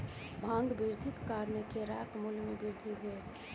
मांग वृद्धिक कारणेँ केराक मूल्य में वृद्धि भेल